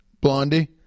Blondie